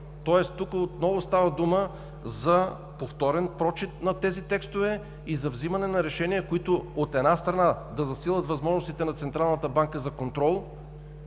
тук отново става дума за повторен прочит на тези текстове и за взимане на решения, които, от една страна, да засилят възможностите на Централната банка за контрол,